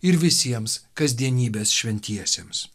ir visiems kasdienybės šventiesiems